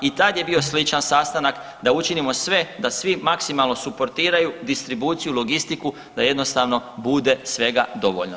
I tad je bio sličan sastanak da učinimo sve da svi maksimalno suportiraju distribuciju, logistiku, da jednostavno bude svega dovoljno.